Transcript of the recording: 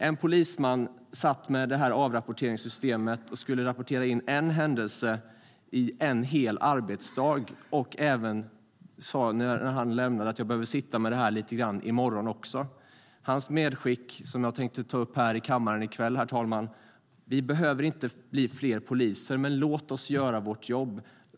En polisman satt med detta avrapporteringssystem och skulle rapportera in en händelse en hel arbetsdag. När han lämnade sin arbetsplats sa han att han skulle behöva sitta med det lite grann följande dag också. Han gjorde ett medskick som jag tänkte ta upp här i kammaren i kväll, herr talman: Vi behöver inte bli fler poliser, men låt oss göra vårt jobb!